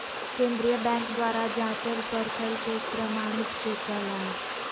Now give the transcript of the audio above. केंद्रीय बैंक द्वारा जाँचल परखल चेक प्रमाणित चेक कहला हइ